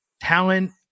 talent